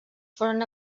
foren